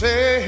Say